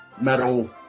metal